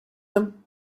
them